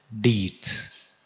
deeds